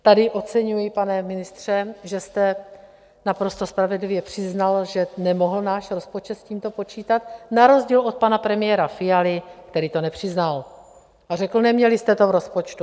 Tady oceňuji, pane ministře, že jste naprosto spravedlivě přiznal, že nemohl náš rozpočet s tímto počítat, na rozdíl od pana premiéra Fialy, který to nepřiznal a řekl, neměli jste to v rozpočtu.